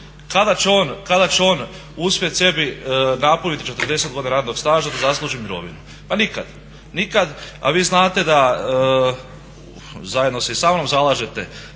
Kada će on uspjet sebi napuniti 40 godina radnog staža da zasluži mirovinu? Pa nikad, nikad. A vi znate da, zajedno se i sa mnom zalažete